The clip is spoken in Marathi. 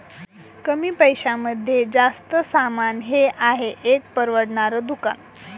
कमी पैशांमध्ये जास्त सामान हे आहे एक परवडणार दुकान